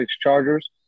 Chargers